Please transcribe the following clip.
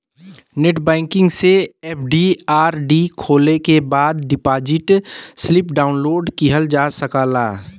net banking से FD RD खोले के बाद डिपाजिट स्लिप डाउनलोड किहल जा सकला